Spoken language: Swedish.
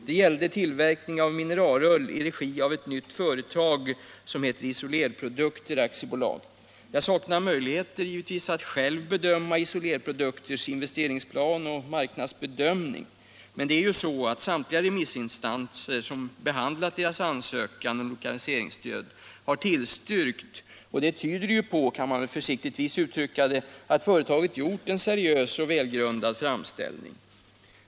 Det gällde tillverkning av mineralull i regi av ett nytt företag, som heter Isolerprodukter AB. Jag saknar givetvis möjlighet att själv bedöma Isolerprodukter AB:s investeringsplan och marknadsbedömning, men samtliga remissinstanser som behandlat dess ansökan om lokaliseringsstöd har tillstyrkt, och det tyder på — kan man försiktigtvis uttrycka det — att företaget gjort en seriös och välgrundad framställning.